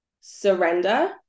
surrender